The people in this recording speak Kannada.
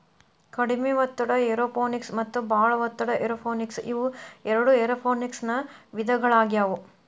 ಕಡಿಮೆ ಒತ್ತಡ ಏರೋಪೋನಿಕ್ಸ ಮತ್ತ ಬಾಳ ಒತ್ತಡ ಏರೋಪೋನಿಕ್ಸ ಇವು ಎರಡು ಏರೋಪೋನಿಕ್ಸನ ವಿಧಗಳಾಗ್ಯವು